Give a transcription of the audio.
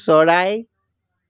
চৰাই